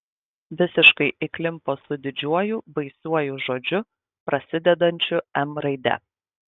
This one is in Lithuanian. visiškai įklimpo su didžiuoju baisiuoju žodžiu prasidedančiu m raide